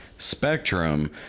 spectrum